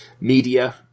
media